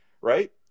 right